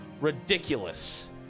ridiculous